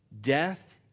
Death